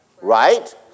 right